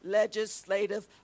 legislative